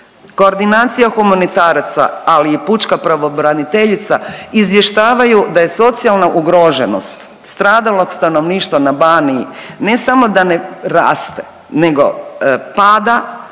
koordinacija humanitaraca, ali i pučka pravobraniteljica izvještavaju da je socijalna ugroženost stradalog stanovništva na Baniji, ne samo da ne raste nego pada